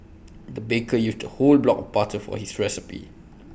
the baker used A whole block of butter for this recipe